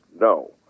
No